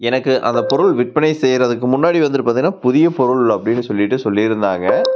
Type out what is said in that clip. எனக்கு அந்த பொருள் விற்பனை செய்யுறதுக்கு முன்னாடி வந்துவிட்டு பார்த்திங்கனா புதிய பொருள் அப்படினு சொல்லிவிட்டு சொல்லியிருந்தாங்க